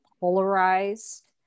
polarized